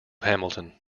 hamilton